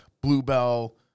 Bluebell